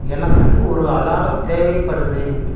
எனக்கு ஒரு அலாரம் தேவைப்படுது